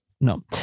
No